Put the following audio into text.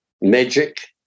Magic